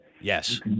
Yes